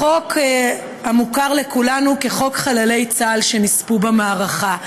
החוק המוכר לכולנו כחוק חללי צה"ל שנספו במערכה,